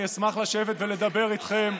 אני אשמח לשבת ולדבר איתכם.